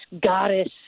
goddess